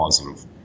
positive